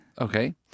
Okay